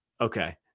Okay